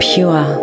pure